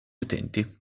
utenti